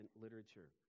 literature